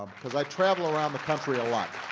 um because i travel around the country a lot.